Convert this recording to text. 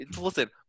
Listen